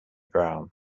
brown